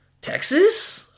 Texas